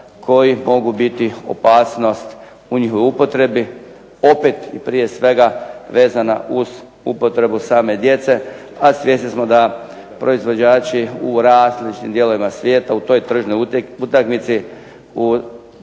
koji mogu biti opasnost u njihovoj upotrebi opet je prije svega vezana uz upotrebu same djece, a svjesni smo da proizvođači u različitim dijelovima svijeta u toj tržnoj utakmici, u